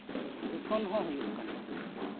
ᱫᱩᱥᱚᱱ ᱦᱚᱸ ᱦᱩᱭᱩᱜ ᱠᱟᱱᱟ